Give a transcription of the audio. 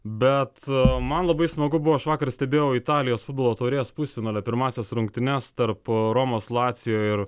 bet man labai smagu buvo aš vakar stebėjau italijos futbolo taurės pusfinalio pirmąsias rungtynes tarp romos lacijo ir